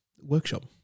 Workshop